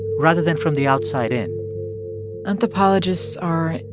rather than from the outside in anthropologists are,